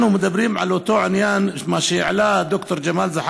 זה לא עובד, מה שמחליטים ואיך